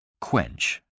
Quench